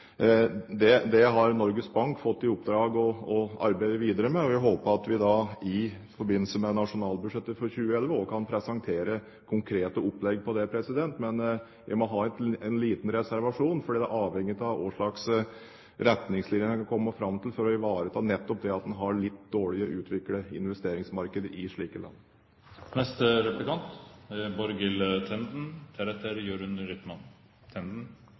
Det har Norges Bank fått i oppdrag å arbeide videre med, og jeg håper at vi i forbindelse med nasjonalbudsjettet for 2011 også kan presentere konkrete opplegg på det. Men jeg må ha en liten reservasjon, for det er avhengig av hvilke retningslinjer man kommer fram til for å ivareta nettopp det at man har litt dårlig utviklede investeringsmarkeder i slike land.